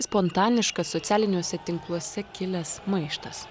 spontaniškas socialiniuose tinkluose kilęs maištas